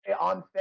on